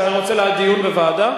אז אתה רוצה דיון בוועדה?